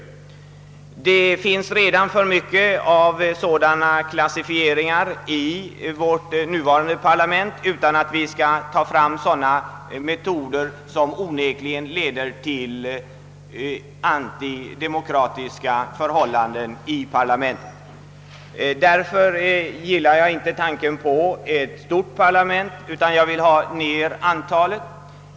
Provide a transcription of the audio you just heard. Redan nu finns det alltför många sådana klassificeringar i vårt parlament, och vi bör undvika system som onekligen leder till antidemokratiska för hållanden i parlamentet. Därför gillar jag inte tanken på ett stort parlament, utan jag vill nedbringa antalet ledamöter.